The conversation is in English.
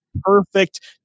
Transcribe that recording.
perfect